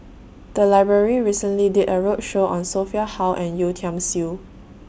The Library recently did A roadshow on Sophia Hull and Yeo Tiam Siew